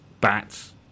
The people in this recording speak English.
bats